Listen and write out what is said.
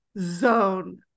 zone